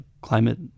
climate